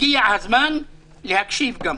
הגיע הזמן גם להקשיב.